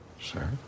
Sir